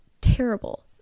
terrible